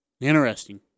Interesting